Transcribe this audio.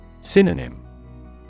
Synonym